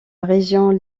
région